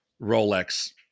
Rolex